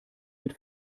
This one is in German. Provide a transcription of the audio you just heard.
mit